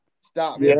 Stop